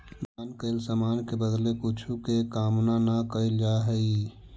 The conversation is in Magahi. दान कैल समान के बदले कुछो के कामना न कैल जा हई